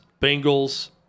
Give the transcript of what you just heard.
Bengals